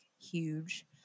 huge